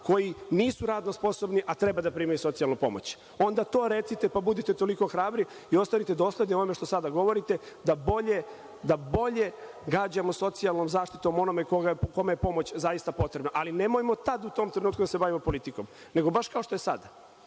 koji nisu radno sposobni, a treba da primaju socijalnu pomoć. Onda to recite, pa budite toliko hrabri i ostanite dosledni onome što sada govorite, da bolje gađamo socijalnom zaštitom onoga kome je pomoć zaista potrebna, ali nemojmo tada u tom trenutku da se bavimo politikom, nego baš kao što je sada,